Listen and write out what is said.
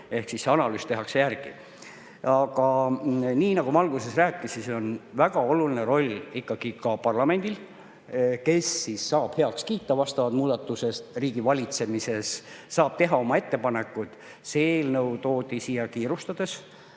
ära, see analüüs tehakse ära. Aga nii nagu ma alguses rääkisin, siin on väga oluline roll ikkagi ka parlamendil, kes saab heaks kiita muudatused riigivalitsemises ja saab teha oma ettepanekud. See eelnõu toodi siia kiirustades.